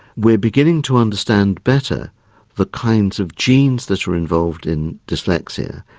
we are beginning to understand better the kinds of genes that are involved in dyslexia,